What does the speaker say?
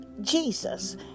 Jesus